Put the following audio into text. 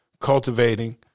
cultivating –